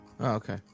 okay